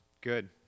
Good